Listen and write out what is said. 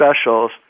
specials